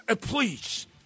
Please